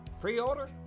Pre-order